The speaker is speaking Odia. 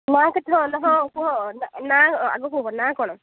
ନାଁ କେତେ ହଁ ହଁ କୁହ ନାଁ ଆଗ କୁହ ନାଁ କ'ଣ